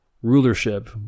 rulership